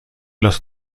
los